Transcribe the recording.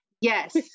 Yes